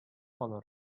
калыр